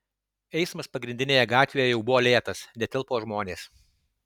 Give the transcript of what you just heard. eismas pagrindinėje gatvėje jau buvo lėtas netilpo žmonės